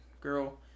girl